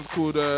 Called